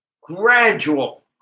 gradual